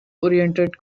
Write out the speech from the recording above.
oriented